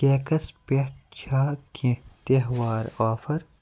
cakes پٮ۪ٹھ چھا کیٚنٛہہ تہوہار آفر